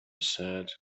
said